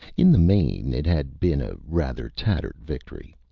in the main, it had been a rather tattered victory.